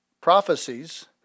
prophecies